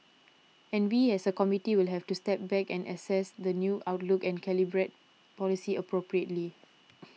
and we as a committee will have to step back and assess the new outlook and calibrate policy appropriately